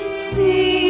See